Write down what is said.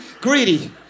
greedy